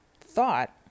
thought